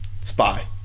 Spy